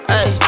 Hey